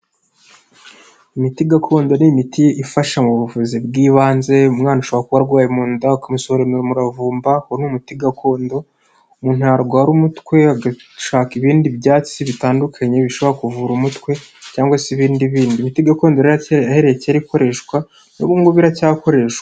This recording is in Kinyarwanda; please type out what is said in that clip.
Imiti gakondo ni imiti ifasha mu buvuzi bw'ibanze, umwana ashobora kuba arwaye mu nda ukamusoromera umuravumba, uwo ni umuti gakondo umuntu ntarwara umutwe agashaka ibindi byatsi bitandukanye bishobora kuvura umutwe cyangwa se ibindi gakondo aheye keyera ikoreshwa naubu ngo biracyakoreshwa.